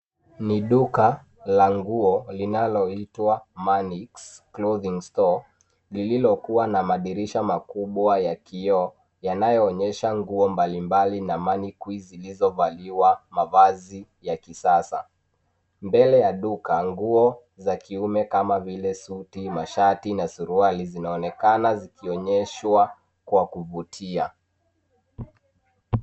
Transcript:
Ni duka la nguo linaloitwa Manix Clothing Store lililokuwa na madirisha makubwa ya kioo yanayoonyesha nguo mbalimbali na mannequin zilizovalishwa mavazi ya kisasa. Mbele ya duka, nguo za kiume kama vile suti, mashati na suruali zinaonekana zikionyeshwa kwa kuvutia.